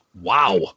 Wow